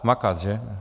Makat, že?